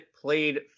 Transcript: played